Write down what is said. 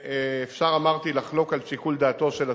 אפשר, אמרתי, לחלוק על שיקול דעתו של הצבא,